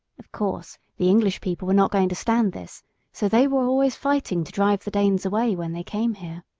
of course, the english people were not going to stand this so they were always fighting to drive the danes away when they came here.